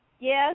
yes